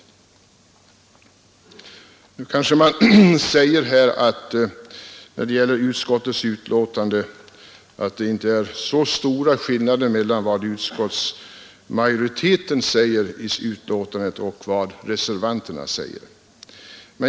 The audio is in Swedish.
Nu kanske man säger att det inte är så stora skillnader mellan vad utskottsmajoriteten säger i betänkandet och vad reservanterna säger.